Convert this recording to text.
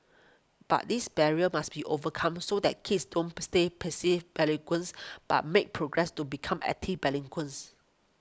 but this barrier must be overcome so that kids don't stay passive bilinguals but make progress to become active bilinguals